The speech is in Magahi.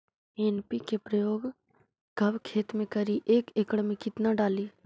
एन.पी.के प्रयोग कब खेत मे करि एक एकड़ मे कितना डाली?